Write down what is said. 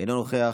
אינו נוכח,